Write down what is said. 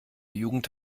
jugend